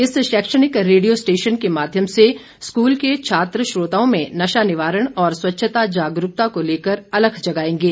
इस शैक्षणिक radio station के माध्यम से स्कूल के छात्र श्रोताओं में नशा निवारण और स्वच्छता जागरूकता को लेकर अलख जगाएंगे